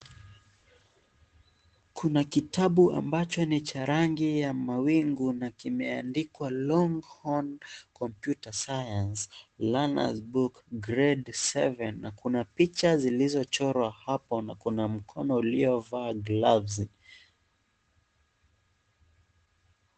Kuna kitabu ambacho ni cha rangi ya mawingu na kimeandikwa longhorn computer science learners book grade seven na kuna picha zilizochorwa hapo na kuna mkono uliovaa gloves .